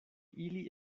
ili